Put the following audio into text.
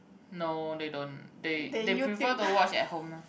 no they don't they they prefer to watch at home ah